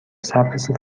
سبز